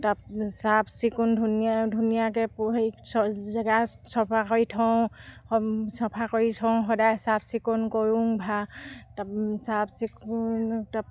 তাত চাফ চিকুণ ধুনীয়া ধুনীয়াকৈ হেৰি জেগা চফা কৰি থওঁ চফা কৰি থওঁ সদায় চাফ চিকুণ কৰোং চাফ চিকুণ